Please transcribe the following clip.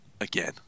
again